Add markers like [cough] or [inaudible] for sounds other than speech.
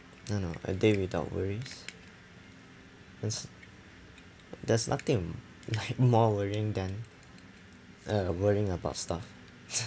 I don't know a day without worries there's there's nothing like [laughs] more worrying than uh worrying about stuff [laughs]